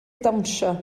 dawnsio